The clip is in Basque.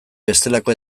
bestelako